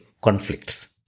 conflicts